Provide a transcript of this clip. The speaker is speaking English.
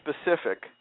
specific